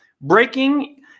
Breaking